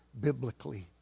biblically